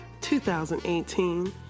2018